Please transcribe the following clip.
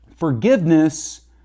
forgiveness